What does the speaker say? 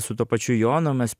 su tuo pačiu jonu mes